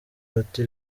bati